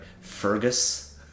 Fergus